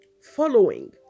Following